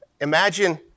Imagine